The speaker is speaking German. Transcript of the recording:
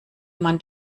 man